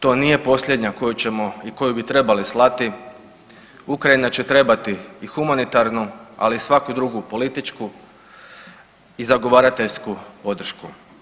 To nije posljednja koju ćemo i koju bi trebali slati, Ukrajina će trebati i humanitarnu, ali i svaku drugu političku i zagovarateljsku podršku.